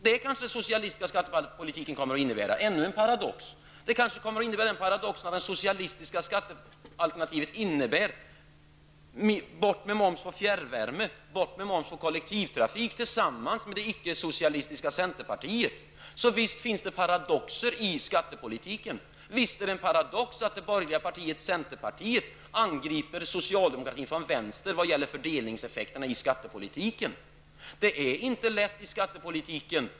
Då kommer den socialistiska skattepolitiken att innebära ännu en paradox, liksom kanske den paradoxen att socialisterna tillsammans med de icke-socialistiska centerpartisterna föreslår att momsen tas bort på fjärrvärme och kollektivtrafik. Visst finns det paradoxer i skattepolitiken. Visst är det en paradox att det borgerliga centerpartiet angriper socialdemokratin från vänster när det gäller fördelningseffekterna i skattepolitiken. Det är inte lätt i skattepolitiken.